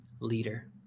leader